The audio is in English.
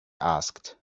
asked